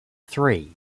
three